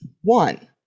One